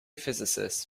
physicists